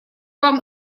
вам